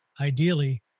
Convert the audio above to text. ideally